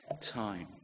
Time